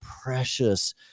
precious